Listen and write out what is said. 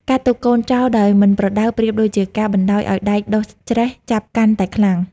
ការទុកកូនចោលដោយមិនប្រដៅប្រៀបដូចជាការបណ្ដោយឱ្យដែកដុះច្រែះចាប់កាន់តែខ្លាំង។